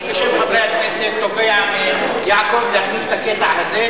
אני בשם חברי הכנסת תובע מיעקב להכניס את הקטע הזה,